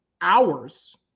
hours